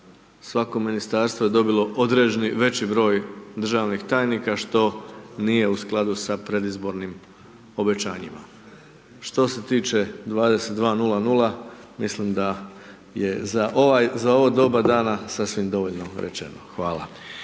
svako Ministarstvo je dobilo određeni veći broj državnih tajnika, što nije u skladu sa predizbornim obećanjima. Što se tiče 22:00, milim da je za ovo doba dana sasvim dovoljno rečeno, hvala.